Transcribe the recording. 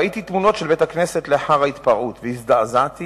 ראיתי תמונות של בית-הכנסת לאחר ההתפרעות והזדעזעתי